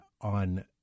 on